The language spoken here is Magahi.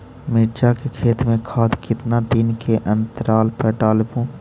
मिरचा के खेत मे खाद कितना दीन के अनतराल पर डालेबु?